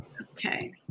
okay